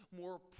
more